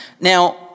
Now